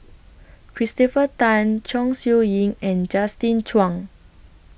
Christopher Tan Chong Siew Ying and Justin Zhuang